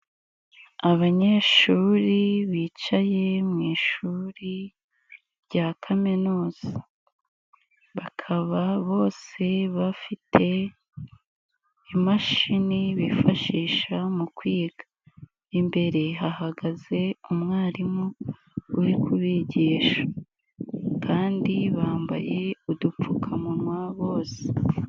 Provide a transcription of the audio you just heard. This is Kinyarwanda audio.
Abanyeshuri bicaye mu ishuri rya kaminuza, bakaba bose bafite imashini bifashisha mu kwiga. Imbere hahagaze umwarimu uri kubigisha kandi bambaye udupfukamunwa bose.